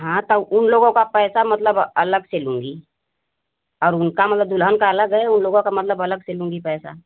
हाँ तौ उन लोगों का पैसा मतलब अलग से लूँगी और उनका मतलब दुल्हन का अलग है उन लोगों का मतलब अलग से लूँगी पैसा